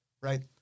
right